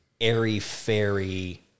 airy-fairy